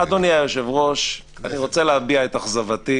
אדוני היושב-ראש, אני רוצה להביע את אכזבתי